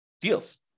deals